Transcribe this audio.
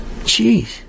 Jeez